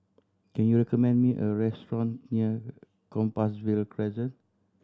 can you recommend me a restaurant near Compassvale Crescent